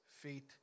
feet